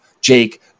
Jake